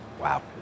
Wow